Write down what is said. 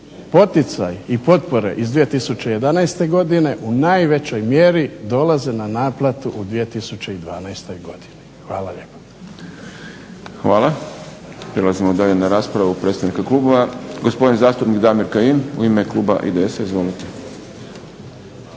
Poticaji i potpore iz 2011.godine u najvećoj mjeri dolaze na naplatu u 2012.godini. Hvala lijepa. **Šprem, Boris (SDP)** Hvala. Prelazimo dalje na raspravu predstavnika klubova. Gospodin zastupnik Damir Kajin u ime Kluba IDS-a. Izvolite.